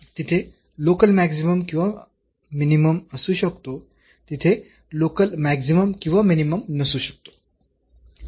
तिथे local maximum किंवा minimum असू शकतो तिथे लोकल मॅक्सिमम किंवा मिनिमम नसू शकतो